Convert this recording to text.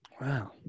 Wow